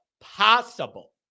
possible